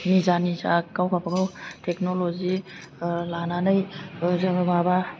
निजा निजा गाव गाबागाव टेक्नल'जि लानानै जों माबा